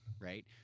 right